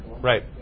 Right